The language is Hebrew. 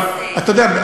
אבל אתה יודע,